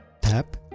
tap